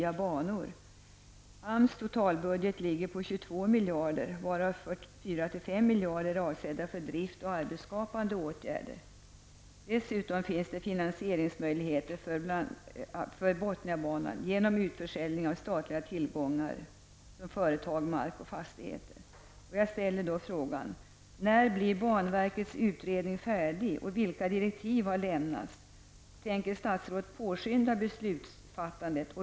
AMS totalbudget ligger på 22 miljarder, varav 4--5 miljarder är avsedda för driftsoch arbetsskapande åtgärder. Dessutom finns möjligheter till finansiering av Botniabanan genom utförsäljning av statliga tillgångar som företag, mark och fastigheter. När blir banverkets utredning färdig, och vilka direktiv har lämnats? Tänker statsrådet påskynda beslutsfattandet?